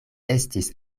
estis